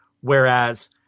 whereas